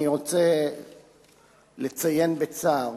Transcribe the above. אני רוצה לציין בצער